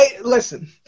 Listen